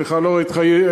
סליחה, לא ראיתי אותך.